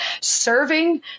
Serving